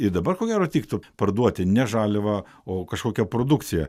ir dabar ko gero tiktų parduoti ne žaliavą o kažkokią produkciją